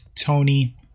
Tony